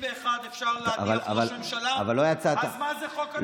ב-61 אפשר להדיח ראש ממשלה, אז מה זה חוק הנבצרות?